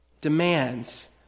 demands